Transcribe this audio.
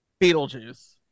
Beetlejuice